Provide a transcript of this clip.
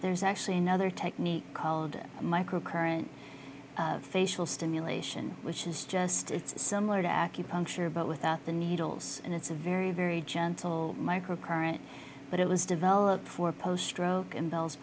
there's actually another technique called micro current facial stimulation which is just it's similar to acupuncture but without the needles and it's a very very gentle micro current but it was developed for post stroke and bell